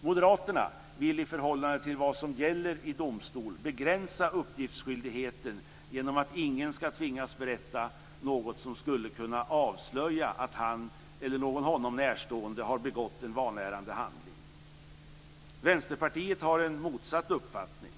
Moderaterna vill i förhållande till vad som gäller i domstol begränsa uppgiftsskyldigheten genom att ingen ska tvingas berätta något som skulle kunna avslöja att han eller någon honom närstående har begått en vanärande handling. Vänsterpartiet har en motsatt uppfattning.